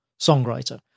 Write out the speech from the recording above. songwriter